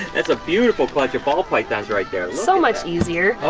that's a beautiful clutch of ball pythons right there. so much easier.